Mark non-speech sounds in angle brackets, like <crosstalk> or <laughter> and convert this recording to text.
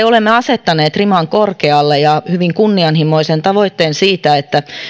<unintelligible> olemme asettaneet riman korkealle ja hyvin kunnianhimoisen tavoitteen siitä että